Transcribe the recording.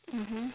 mmhmm